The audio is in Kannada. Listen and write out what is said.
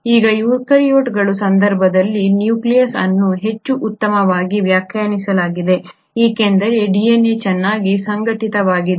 ಈಗ ಯೂಕ್ಯಾರಿಯೋಟ್ಗಳ ಸಂದರ್ಭದಲ್ಲಿ ನ್ಯೂಕ್ಲಿಯಸ್ ಅನ್ನು ಹೆಚ್ಚು ಉತ್ತಮವಾಗಿ ವ್ಯಾಖ್ಯಾನಿಸಲಾಗಿದೆ ಏಕೆಂದರೆ DNA ಚೆನ್ನಾಗಿ ಸಂಘಟಿತವಾಗಿದೆ